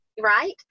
right